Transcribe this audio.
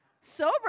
sober